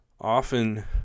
often